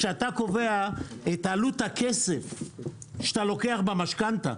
כשאתה קובע את עלות הכסף שאתה לוקח במשכנתה,